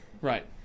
Right